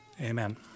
Amen